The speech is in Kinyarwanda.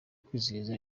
kwizihiza